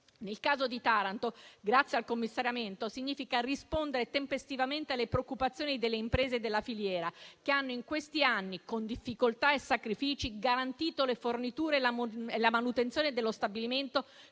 Nel caso di Taranto, grazie al commissariamento, significa rispondere tempestivamente alle preoccupazioni delle imprese della filiera, che hanno in questi anni, con difficoltà e sacrifici, garantito le forniture e la manutenzione dello stabilimento,